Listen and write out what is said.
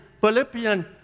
Philippians